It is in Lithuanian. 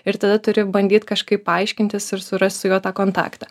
ir tada turi bandyt kažkaip aiškintis ir surasti su juo tą kontaktą